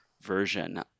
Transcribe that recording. version